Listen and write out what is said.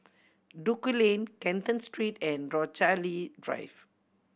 Duku Lane Canton Street and Rochalie Drive